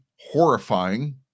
horrifying